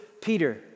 Peter